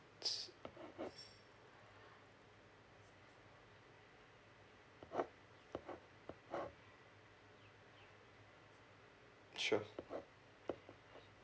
sure